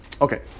Okay